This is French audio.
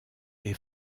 est